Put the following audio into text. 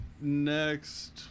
next